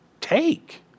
take